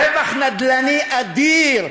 רווח נד"לני אדיר,